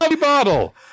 bottle